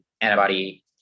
antibody